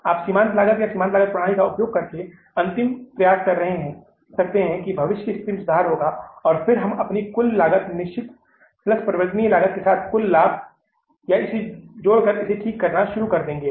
आप सीमांत लागत या सीमांत लागत प्रणाली का उपयोग करके अंतिम प्रयास कर सकते हैं कि भविष्य में स्थिति में सुधार होगा और फिर हम अपनी कुल लागत निश्चित प्लस परिवर्तनीय लागत के साथ कुछ लाभ या कि जोड़कर इसे ठीक करना शुरू कर देंगे